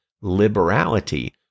liberality